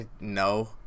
No